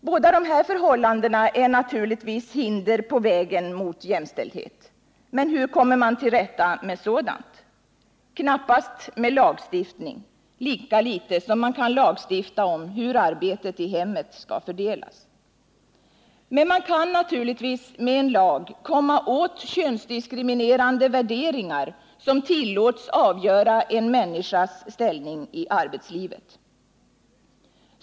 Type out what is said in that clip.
Båda dessa förhållanden är naturligtvis hinder på vägen mot jämställdhet, men hur kommer man till rätta med sådant? Knappast med lagstiftning, lika lite som man kan lagstifta om hur arbetet i hemmet skall fördelas. Men man kan naturligtvis med en lag komma åt könsdiskriminerande värderingar som tillåts avgöra en människas ställning i arbetslivet.